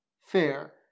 Fair